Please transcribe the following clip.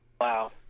Wow